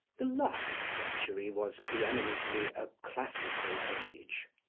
the last century was pre-eminently a classical age,